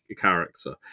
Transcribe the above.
character